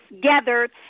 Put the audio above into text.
gathered